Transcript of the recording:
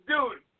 Dude